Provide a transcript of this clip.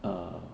err